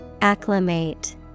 Acclimate